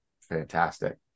fantastic